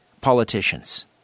politicians